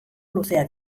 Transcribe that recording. luzea